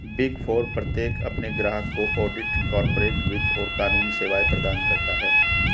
big four प्रत्येक अपने ग्राहकों को ऑडिट, कॉर्पोरेट वित्त और कानूनी सेवाएं प्रदान करता है